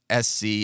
SC